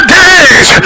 days